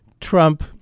Trump